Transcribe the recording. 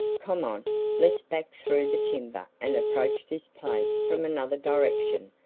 come on let's back through the timber and approach this place from another direction.